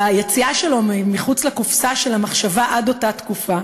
ביציאה שלו מחוץ לקופסה של המחשבה עד אותה תקופה,